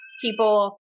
people